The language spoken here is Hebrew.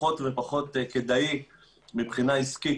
פחות ופחות כדאי מבחינה עסקית,